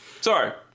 Sorry